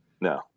No